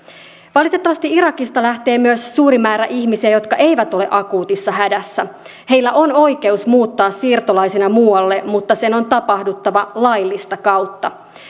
valitettavasti irakista lähtee myös suuri määrä ihmisiä jotka eivät ole akuutissa hädässä heillä on oikeus muuttaa siirtolaisina muualle mutta sen on tapahduttava laillista kautta